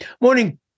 Morning